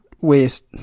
waste